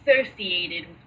associated